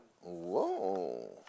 whoa